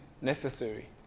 necessary